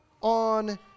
on